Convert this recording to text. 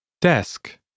Desk